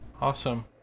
Awesome